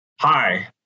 hi